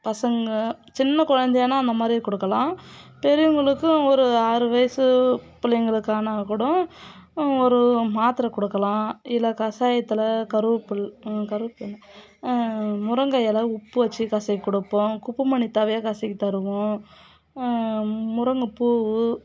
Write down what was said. பசங்கள் சின்ன குழந்தையான அந்த மாதிரி கொடுக்கலாம் பெரியவர்களுக்கும் ஒரு ஆறு வயது பிள்ளைங்களுக்கு ஆனால் கூட ஒரு மாத்திரை கொடுக்கலாம் இல்லை கஷாயத்துல கருவேப்பிலை கருவேப்பிலை தானே முருங்கை இல உப்பு வெச்ச கசக்கி கொடுப்போம் குப்பைமேனி தழையை கசக்கி தருவோம் முருங்கை பூ